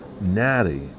Natty